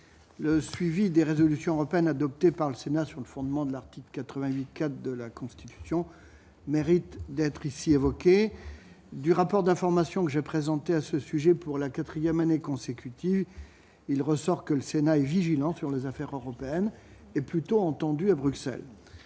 le suivi des résolutions européennes adoptées par le Sénat sur le fondement de l'article 88 K de la Constitution, mérite d'être ici, du rapport d'information que j'ai présenté à ce sujet, pour la 4ème année consécutive, il ressort que le Sénat et vigilant sur les affaires européennes et plutôt entendu à Bruxelles